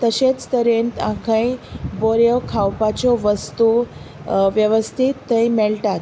तशेंच तरेन आ खंय बोऱ्यो खावपाच्यो वस्तू वेवस्थीत थंय मेळटात